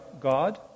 God